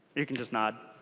you can just nod.